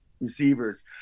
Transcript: receivers